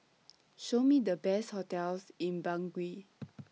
Show Me The Best hotels in Bangui